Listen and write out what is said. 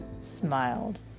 smiled